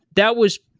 that was